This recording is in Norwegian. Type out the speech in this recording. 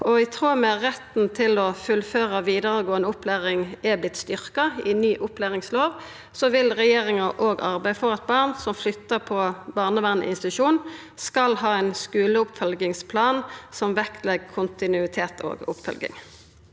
I tråd med at retten til å fullføra vidaregåande opplæring er vorten styrkt i ny opplæringslov, vil regjeringa òg arbeida for at barn som flyttar på barnevernsinstitusjon, skal ha ein skuleoppfølgingsplan som vektlegg kontinuitet og oppfølging.